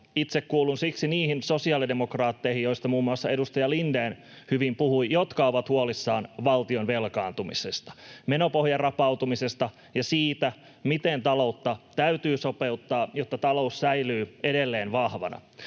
itse kuulun siksi niihin sosiaalidemokraatteihin, joista muun muassa edustaja Lindén hyvin puhui, jotka ovat huolissaan valtion velkaantumisesta, menopohjan rapautumisesta ja siitä, miten taloutta täytyy sopeuttaa, jotta talous säilyy edelleen vahvana.